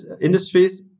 industries